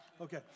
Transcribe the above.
Okay